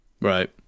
right